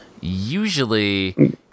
Usually